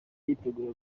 yiteguye